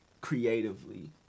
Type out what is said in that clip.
creatively